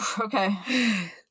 okay